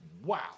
Wow